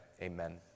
Amen